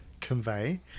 convey